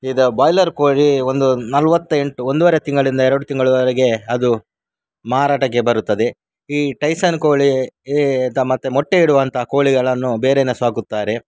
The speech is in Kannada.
ಇದ ಬಾಯ್ಲರ್ ಕೋಳಿ ಒಂದು ನಲವತ್ತ ಎಂಟು ಒಂದುವರೆ ತಿಂಗಳಿಂದ ಎರಡು ತಿಂಗಳವರೆಗೆ ಅದು ಮಾರಾಟಕ್ಕೆ ಬರುತ್ತದೆ ಈ ಟೈಸಾನ್ ಕೋಳಿ ಈ ತ ಮತ್ತು ಮೊಟ್ಟೆ ಇಡುವಂಥ ಕೋಳಿಗಳನ್ನು ಬೇರೆ ಸಾಕುತ್ತಾರೆ